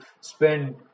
spend